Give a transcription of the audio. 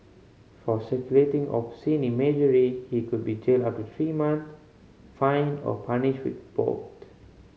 for circulating obscene imagery he could be jailed up to three months fined or punished with both